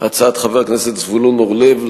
הצעת חבר הכנסת זבולון אורלב,